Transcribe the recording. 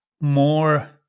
more